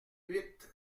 huit